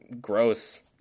gross